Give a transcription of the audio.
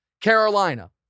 Carolina